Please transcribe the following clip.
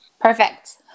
Perfect